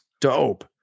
dope